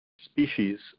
species